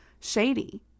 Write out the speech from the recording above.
shady